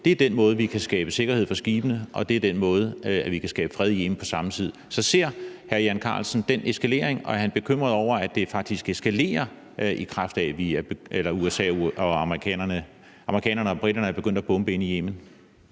Det er den måde, vi kan skabe sikkerhed for skibene på, og det er den måde, som vi på samme tid kan skabe fred i Yemen på. Så kan hr. Jan Carlsen se, at den eskalering sker, og er han bekymret over, at det faktisk eskalerer, i kraft af at amerikanerne og briterne er begyndt at bombe inde i Yemen?